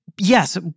yes